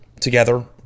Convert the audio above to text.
together